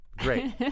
Great